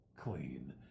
clean